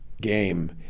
game